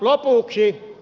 lopuksi